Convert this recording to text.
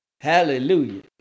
Hallelujah